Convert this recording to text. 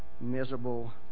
miserable